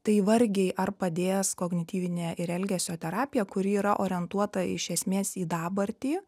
tai vargiai ar padės kognityvinė ir elgesio terapija kuri yra orientuota iš esmės į dabartį